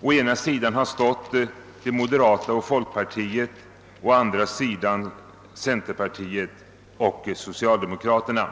På ena sidan har stått de moderata och folkpartiet, på andra sidan centerpartiet och socialdemokraterna.